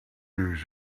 news